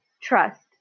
trust